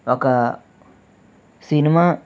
ఒక సినిమా